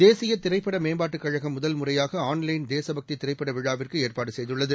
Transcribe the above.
தேசியதிரைப்படமேம்பாட்டுக் கழகம் முதல் முறையாகஆன்லைன் தேசபக்திதிரைப்படவிழாவிற்குஏற்பாடுசெய்துள்ளது